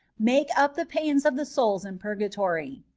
make up the pains of the souls in purgatory.